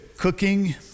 cooking